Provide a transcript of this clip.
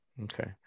okay